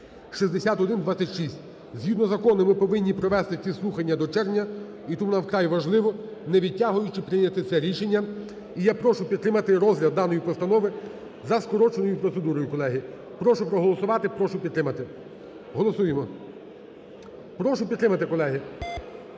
(6126). Згідно закону, ми повинні провести ці слухання до червня і тому нам вкрай важливо, не відтягуючи, прийняти це рішення, і я прошу підтримати розгляд даної постанови за скороченою процедурою, колеги. Прошу проголосувати, прошу підтримати, голосуємо, прошу підтримати колеги,